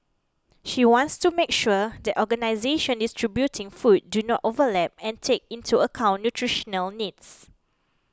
she wants to make sure that organisations distributing food do not overlap and take into account nutritional needs